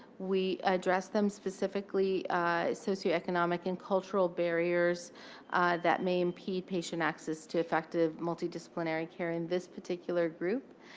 we address them, specifically socioeconomic and cultural barriers that may impede patient access to effective multidisciplinary care in this particular group.